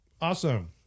awesome